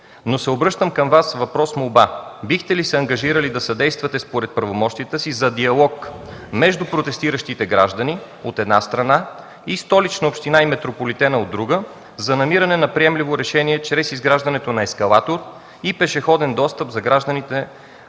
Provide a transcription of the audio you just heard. Обръщам се към Вас с въпрос-молба: бихте ли се ангажирали да съдействате според правомощията си за диалог между протестиращите граждани, от една страна, и Столична община и „Метрополитена”, от друга, за намиране на приемливо решение чрез изграждането на ескалатор и пешеходен достъп за гражданите